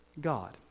God